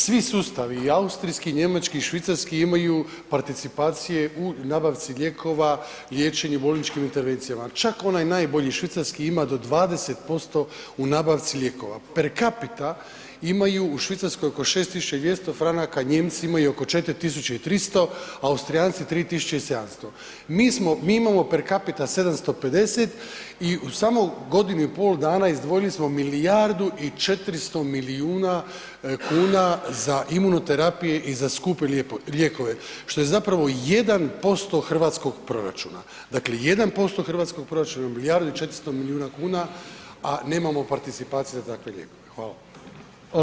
Svi sustavi i austrijski i njemački i švicarski imaju participacije u nabavci lijekova i liječenje u bolničkim intervencijama, čak onaj najbolji švicarski ima do 20% u nabavci lijekova, per capita imaju u Švicarskoj oko 6.200,00 CHF, Nijemci imaju oko 4.300, Austrijanci 3.700, mi smo, mi imamo per capita 750 i samo u godinu i pol dana izdvojili smo milijardu i 400 milijuna kuna za imuno terapije i za skupe lijekove, što je zapravo 1% hrvatskog proračuna, dakle 1% hrvatskog proračuna milijardu i 400 milijuna kuna, a nemamo participacije za takve lijekove.